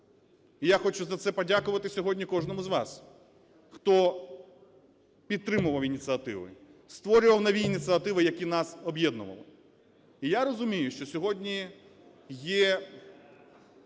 І я хочу за це подякувати сьогодні кожному із вас, хто підтримував ініціативи, створював нові ініціативи, які нас об'єднували. Я розумію, що сьогодні є